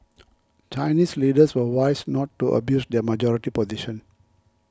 Chinese leaders were wise not to abuse their majority position